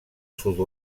sud